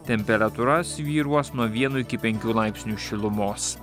temperatūra svyruos nuo vieno iki penkių laipsnių šilumos